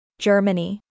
Germany